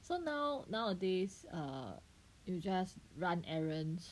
so now~ nowadays err you just run errands